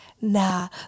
Nah